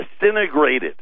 disintegrated